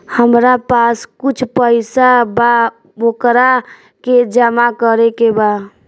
हमरा पास कुछ पईसा बा वोकरा के जमा करे के बा?